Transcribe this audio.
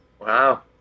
Wow